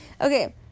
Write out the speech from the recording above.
Okay